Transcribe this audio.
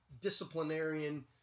disciplinarian